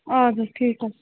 اَدٕ حظ ٹھیٖک حظ